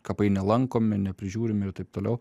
kapai nelankomi neprižiūrimi ir taip toliau